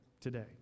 today